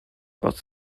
aus